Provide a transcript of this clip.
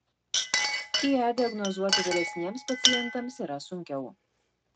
ie diagnozuoti vyresniems pacientams yra sunkiau